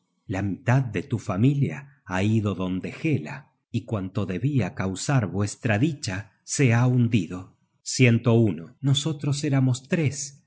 la mitad de tu familia ha ido donde hela y cuanto debia causar vuestra dicha se ha hundido nosotros éramos tres